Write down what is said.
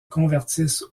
convertissent